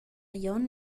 glion